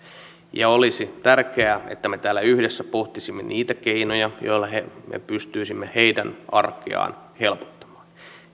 olisi tärkeää että me täällä yhdessä pohtisimme niitä keinoja joilla me pystyisimme heidän arkeaan helpottamaan